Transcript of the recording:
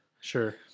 sure